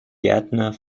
gärtner